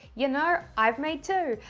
you know, i've made two.